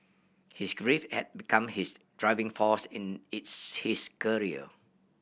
his grief had become his driving force in his career